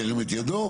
ירים את ידו.